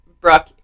Brooke